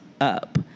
up